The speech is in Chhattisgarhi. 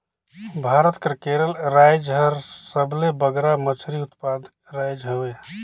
भारत कर केरल राएज हर सबले बगरा मछरी उत्पादक राएज हवे